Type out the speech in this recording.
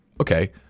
okay